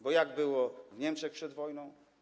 Bo jak było w Niemczech przed wojną?